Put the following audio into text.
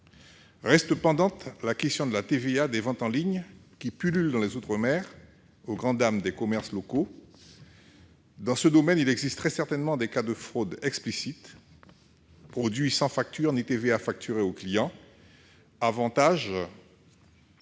Reste pendante la question de la TVA sur les ventes en ligne, qui pullulent dans les outre-mer, au grand dam des commerces locaux. Dans ce domaine il existe très certainement des cas de fraudes explicites, comme des produits sans facture ou sans TVA facturée au client. Cet avantage